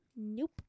Nope